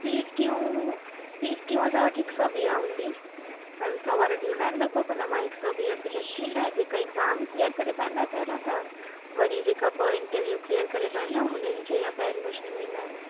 सीटियूं सीटियूं असां वटि हिकु सौ वीह हूंदी पंज सौ ॿार ॾींदा आहिनि त लॻभॻि हुन मां हिकु सौ वीह सिलेक्ट थींदा जेका एग्ज़ाम क्लीयर करे पाईंदा पहिरियों त वरी जेका ॿ इंटरव्यू क्लीयर करे पाईंदा हुननि खे असां एडमीशन ॾींदा आहियूं